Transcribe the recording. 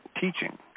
teaching